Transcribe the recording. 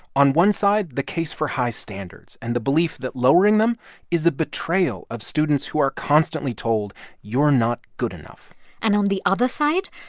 on one side, the case for high standards and the belief that lowering them is a betrayal of students who are constantly told you're not good enough and on the other side,